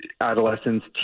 adolescents